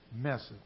message